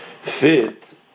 Fit